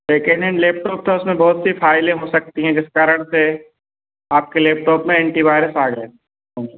second hand laptop था उसमें बहुत सी फाइलें हो सकती हैं जिस कारण से आप के लैपटॉप में एंटिवाइरस आ गए होंगे